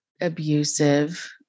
abusive